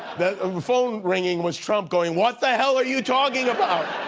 um the phone ringing was trump going what the hell are you talking about?